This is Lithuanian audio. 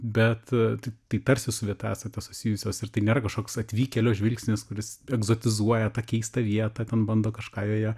bet tai tai tarsi su vieta esate susijusios ir tai nėra kažkoks atvykėlio žvilgsnis kuris egzotizuoja tą keistą vietą ten bando kažką joje